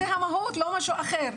זה המהות לא משהו אחר.